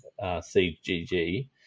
CGG